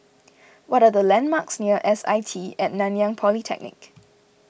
what are the landmarks near S I T at Nanyang Polytechnic